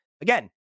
again